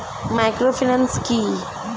Microfinance কি?